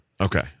Okay